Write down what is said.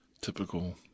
typical